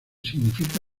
significa